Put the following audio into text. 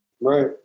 right